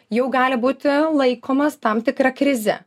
jau gali būti laikomas tam tikra krize